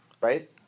Right